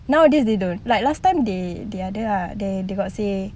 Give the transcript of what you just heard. nowadays they don't like last time they they ada lah they got say